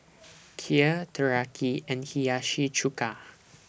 Kheer Teriyaki and Hiyashi Chuka